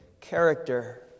character